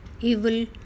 evil